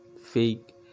Fake